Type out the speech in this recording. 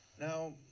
now